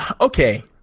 okay